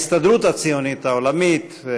אני מקבל בברכה את ראשי ההסתדרות הציונית העולמית,